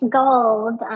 gold